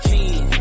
King